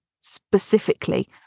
specifically